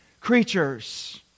creatures